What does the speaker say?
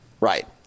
Right